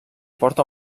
porta